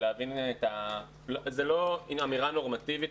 זו לא אמירה נורמטיבית.